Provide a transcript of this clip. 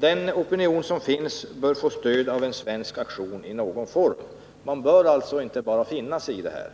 Den opinionen bör få stöd av en svensk aktion i någon form. Man bör alltså inte bara finna sig i detta.